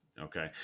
Okay